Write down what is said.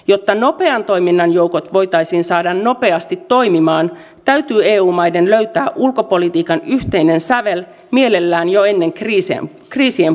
jotta nopean toiminnan joukot voitaisiin saada nopeasti toimintaan täytyy eu maiden löytää ulkopolitiikan yhteinen sävel mielellään jo ennen kriisien puhkeamista